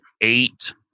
eight